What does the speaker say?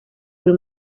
buri